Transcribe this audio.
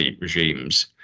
regimes